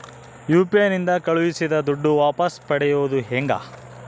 UPI ನಿಂದ ಕಳುಹಿಸಿದ ದುಡ್ಡು ವಾಪಸ್ ಪಡೆಯೋದು ಹೆಂಗ?